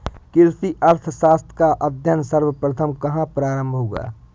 कृषि अर्थशास्त्र का अध्ययन सर्वप्रथम कहां प्रारंभ हुआ?